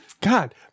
God